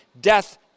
death